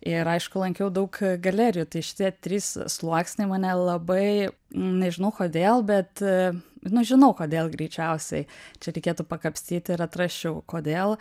ir aišku lankiau daug galerijų tai šitie trys sluoksniai mane labai nežinau kodėl bet nu žinau kodėl greičiausiai čia reikėtų pakapstyti ir atrasčiau kodėl